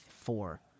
four